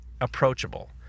approachable